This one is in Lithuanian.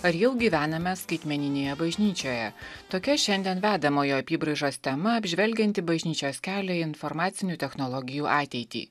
ar jau gyvename skaitmeninėje bažnyčioje tokia šiandien vedamojo apybraižos tema apžvelgianti bažnyčios kelią į informacinių technologijų ateitį